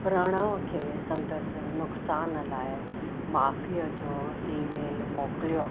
प्रणव खे संदसि नुक़सान लाइ माफ़ीअ जो ईमेल मोकिलियो